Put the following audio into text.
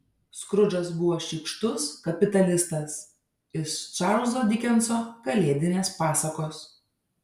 skrudžas buvo šykštus kapitalistas iš čarlzo dikenso kalėdinės pasakos